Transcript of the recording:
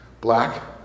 Black